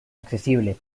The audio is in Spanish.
accesible